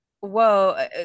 whoa